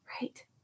Right